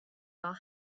are